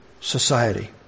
society